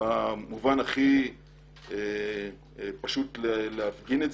במובן הכי פשוט שניתן להמחיש זאת: